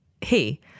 hey